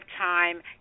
time